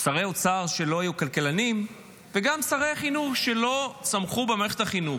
שרי אוצר שלא היו כלכלנים וגם שרי חינוך שלא צמחו במערכת החינוך.